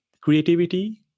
creativity